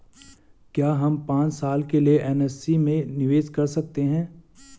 क्या हम पांच साल के लिए एन.एस.सी में निवेश कर सकते हैं?